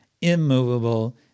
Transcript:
immovable